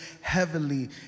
heavily